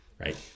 right